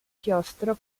chiostro